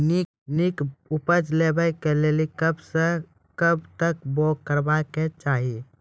नीक उपज लेवाक लेल कबसअ कब तक बौग करबाक चाही?